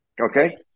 Okay